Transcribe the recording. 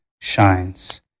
shines